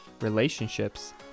relationships